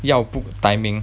要 book timing